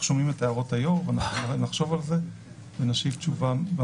אנחנו שומעים את הערות היו"ר ואנחנו נחשוב על זה ונשיב תשובה.